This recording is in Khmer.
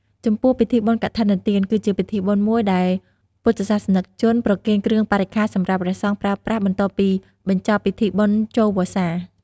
ចំពោះពិធីបុណ្យកឋិនទាន គឺជាពិធីបុណ្យមួយដែលពុទ្ធសាសនិកជនប្រគេនគ្រឿងបរិក្ខារសម្រាប់ព្រះសង្ឃប្រើប្រាស់បន្ទាប់ពីបញ្ចប់ពិធីបុណ្យចូលវស្សា។